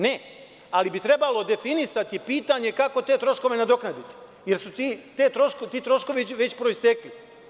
Ne, ali bi trebalo definisati pitanje kako te troškove nadoknaditi, jer su ti troškovi već proistekli.